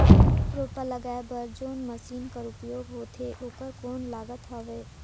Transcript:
रोपा लगाय बर जोन मशीन कर उपयोग होथे ओकर कौन लागत हवय?